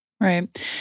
Right